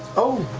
oh,